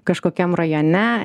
kažkokiam rajone